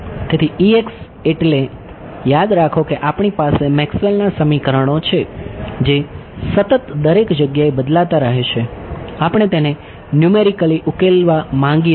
તેથી એટલે યાદ રાખો કે આપણી પાસે મેક્સવેલના સમીકરણો છે જે સતત દરેક જગ્યાએ બદલાતા રહે છે આપણે તેને ન્યૂમેરિકલી ઉકેલવા માંગીએ છીએ